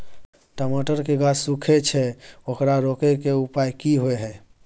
टमाटर के गाछ सूखे छै ओकरा रोके के उपाय कि होय है?